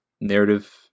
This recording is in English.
narrative